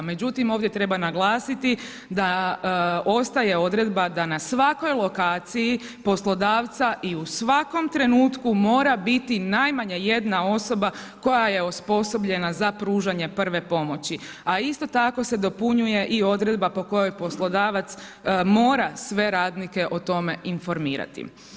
Međutim ovdje treba naglasiti da ostaje odredba da na svakoj lokaciji poslodavca i u svakom trenutku mora biti najmanje jedna osoba koja je osposobljena za pružanje prve pomoći a isto tako se dopunjuje i odredba po kojoj poslodavac mora sve radnike o tome informirati.